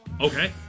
Okay